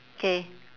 K